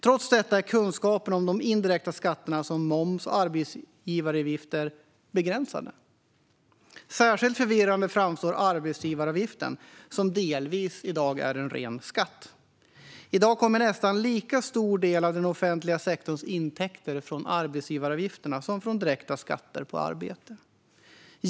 Trots detta är kunskaperna om de indirekta skatterna som moms och arbetsgivaravgifter begränsade. Särskilt förvirrande framstår arbetsgivaravgiften, som delvis är en ren skatt. I dag kommer en nästan lika stor del av den offentliga sektorns intäkter från arbetsgivaravgifter som från direkta skatter på arbete.